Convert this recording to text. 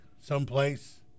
someplace